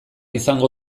izango